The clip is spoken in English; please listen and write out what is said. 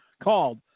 called